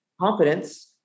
confidence